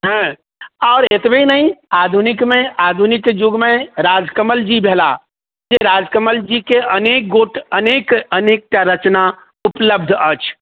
हेँ आओर एतबे नहि आधुनिकमे आधुनिक जुगमे राजकमल जी भेलाह जे राजकमल जीके अनेक गोट अनेक अनेकटा रचना उपलब्ध अछि